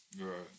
Right